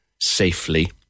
safely